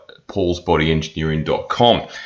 paulsbodyengineering.com